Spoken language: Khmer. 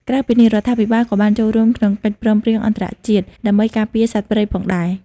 ក្រៅពីនេះ រដ្ឋាភិបាលក៏បានចូលរួមក្នុងកិច្ចព្រមព្រៀងអន្តរជាតិដើម្បីការពារសត្វព្រៃផងដែរ។